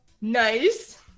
Nice